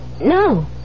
No